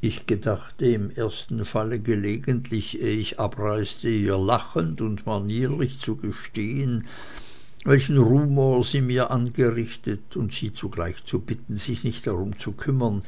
ich gedachte im ersten falle gelegentlich eh ich abreiste ihr lachend und manierlich zu gestehen welchen rumor sie mir angerichtet und sie zugleich zu bitten sich nicht darum zu kümmern